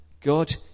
God